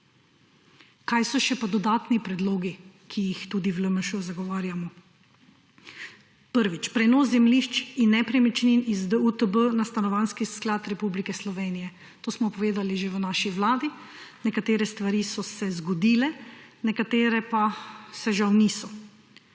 Kaj so še pa dodatni predlogi, ki jih tudi v LMŠ zagovarjamo? Prvič, prenos zemljišč in nepremičnin z DUTB na Stanovanjski sklad Republike Slovenije, to smo povedali že v naši vladi. Nekatere stvari so se zgodile, nekatere pa se žal niso.